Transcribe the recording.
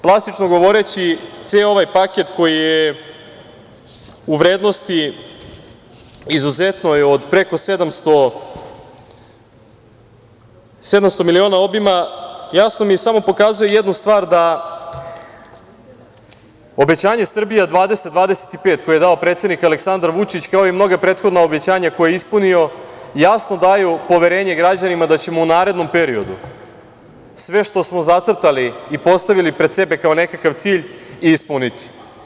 Plastično govoreći, ceo ovaj paket koji je u vrednosti izuzetnoj od preko 700 miliona obima, jasno mi samo pokazuje jednu stvar, da obećanje „Srbija 20-25“ koje je dao predsednik Aleksandar Vučić, kao i mnoga prethodna obećanja koja je ispunio jasno daju poverenje građanima da ćemo u narednom periodu sve što smo zacrtali i postavili pred sebe kao nekakav cilj i ispuniti.